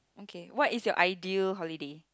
okay what is your ideal holiday